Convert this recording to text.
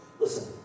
Listen